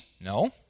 No